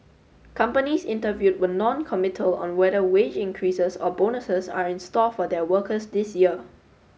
companies interviewed were noncommittal on whether wage increases or bonuses are in store for their workers this year